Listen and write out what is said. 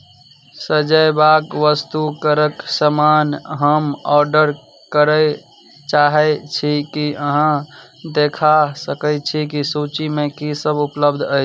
सजयबाक वस्तुकरक सामान हम ऑर्डर करय चाहैत छी कि अहाँ देखा सकैत छी कि सूचीमे कीसभ उपलब्ध अछि